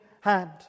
hand